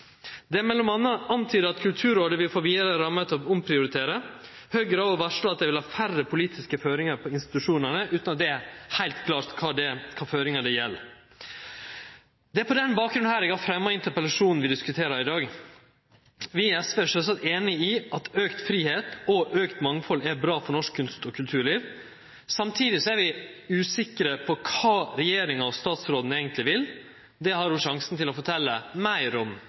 Det er m.a. antyda at Kulturrådet vil få vidare rammer til å omprioritere. Høgre har varsla at dei vil ha færre politiske føringar på institusjonane – utan at det er heilt klart kva for føringar det gjeld. Det er på denne bakgrunnen eg har fremma interpellasjonen som vi diskuterer her i dag. Vi i SV er sjølvsagt einige i at auka fridom og auka mangfald er bra for norsk kunst og norsk kulturliv. Samtidig er vi usikre på kva regjeringa og statsråden eigentleg vil. Det har ho sjansen til å fortelje meir om